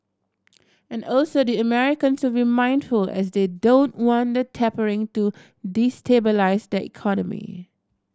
and also the Americans will mindful as they don't want the tapering to destabilise their economy